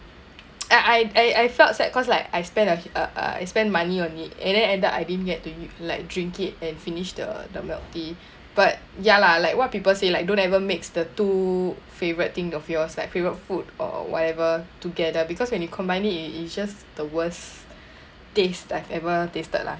I I I I felt sad cause like I spend a uh uh I spend money on it and then ended I didn't yet to like drink it and finish the the milk tea but ya lah like what people say like don't ever mix the two favourite thing of yours like favourite food or whatever together because when you combine it it it just the worst taste I've ever tasted lah